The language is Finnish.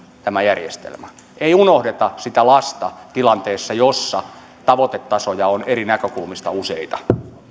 ei unohdeta sitä lasta tilanteessa jossa tavoitetasoja on eri näkökulmista useita